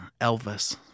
Elvis